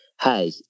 hey